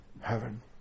heaven